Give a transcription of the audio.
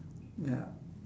ya